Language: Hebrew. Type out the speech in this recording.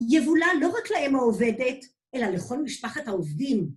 יבולע לא רק לאם העובדת, אלא לכל משפחת העובדים.